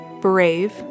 brave